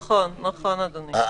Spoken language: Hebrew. נכון, אדוני.